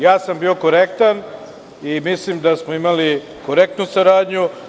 Ja sam bio korektan i mislim da smo imali korektnu saradnju.